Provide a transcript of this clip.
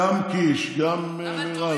גם קיש, גם מירב.